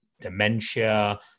dementia